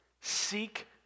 Seek